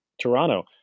Toronto